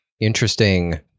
interesting